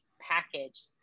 packaged